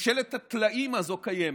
ממשלת הטלאים הזו, קיימת,